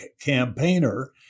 campaigner